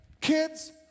kids